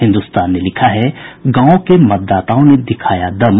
हिन्दुस्तान ने लिखा है गांवों के मतदाताओं ने दिखाया दम